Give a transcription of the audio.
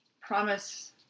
promise